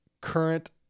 current